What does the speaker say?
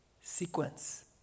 Sequence